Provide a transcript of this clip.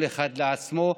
כל אחד לעצמו,